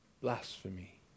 blasphemy